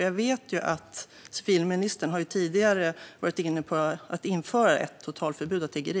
Jag vet ju att civilministern tidigare har varit inne på att införa ett totalförbud mot tiggeri.